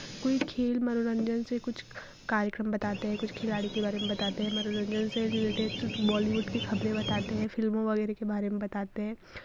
कोई खेल मनोरंजन से कुछ कार्यक्रम बताते हैं कुछ खिलाड़ी के बारे में बताते हैं मनोरंजन से रिलेटेड बॉलीवुड की ख़बरें बताते हैं फिल्मों वगैरह के बारे में बताते हैं